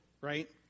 right